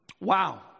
Wow